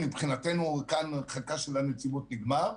מבחינתנו כאן חלקה של הנציבות נגמר.